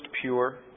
pure